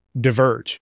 diverge